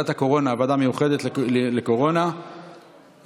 תוקפן של תקנות שעת חירום (נגיף הקורונה החדש,